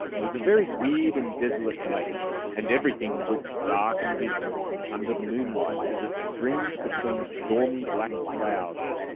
it was a very weird and desolate place and everything looked dark and dismal, under the moonlight, as it streamed between stormy black clouds.